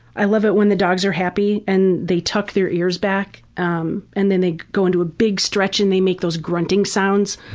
i love it when the dogs are happy and they tuck their ears back um and then they go into a big stretch and they make those grunting sounds.